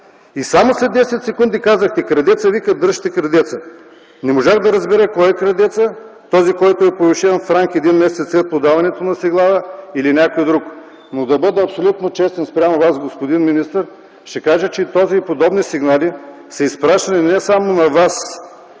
И само след 10 секунди казахте: „Крадецът вика: дръжте крадеца”. Не можах да разбера кой е крадецът – този, който е повишен в ранг един месец след подаването на сигнала или някой друг? Но да бъда абсолютно честен спрямо Вас, господин министър, ще кажа, че този и подобни сигнали са изпращани не само на Вас,